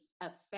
affect